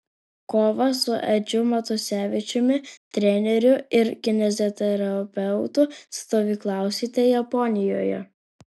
kovą su edžiu matusevičiumi treneriu ir kineziterapeutu stovyklausite japonijoje